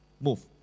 move